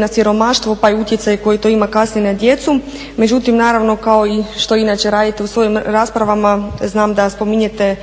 na siromaštvo pa i utjecaj koji to ima kasnije na djecu, međutim naravno kao što inače radite u svojim raspravama znam da spominjete